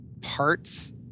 parts